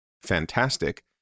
Fantastic